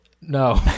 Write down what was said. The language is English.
No